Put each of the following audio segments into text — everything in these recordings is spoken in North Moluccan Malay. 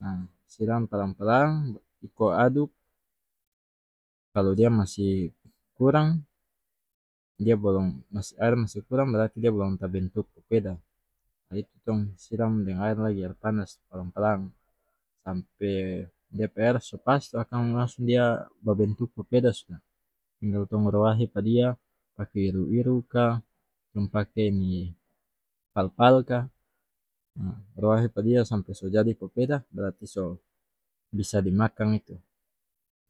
Nah siram palang palang iko aduk kalu dia masih kurang dia bolom aer masih kurang berarti dia bolom ta bentuk popeda ah itu tong siram deng aer lagi aer panas palang palang sampe dia pe aer so pas akan lansung dia babentuk popeda sudah tinggal tong ruahe pa dia pake iru iru ka tong pake ni pal pal ka ha ruahe pa dia sampe so jadi popeda berarti so bisa dimakan itu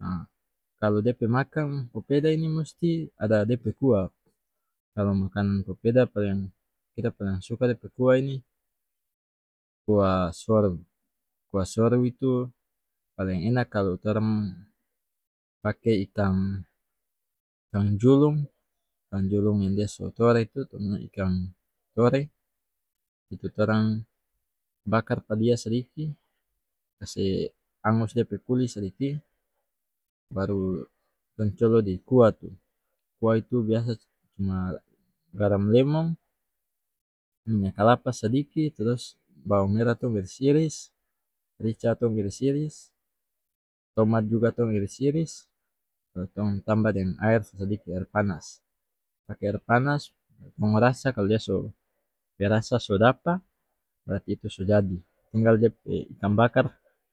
ah kalu dia pe makang popeda ini musti ada dia pe kuah kalu makang popeda paleng kita paleng suka dia pe kuah ini kuah soru kuah soru itu paleng enak kalu torang pake ikang-ikang julung ikang julung yang dia so tore tu tong bilang ikang tore itu torang bakar pa dia sadiki kase angus dia pe kuli sadiki baru tong colo di kuah tu kuah itu biasa cuma garam lemong minya kalapa sadiki trus bawang merah tong iris iris rica tong iris iris tomat juga tong iris iris baru tong tambah deng aer sasadiki aer panas pake aer panas tong rasa kalu dia so pe rasa so dapa berarti itu so jadi tinggal dia pe ikan bakar.